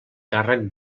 càrrec